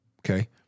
Okay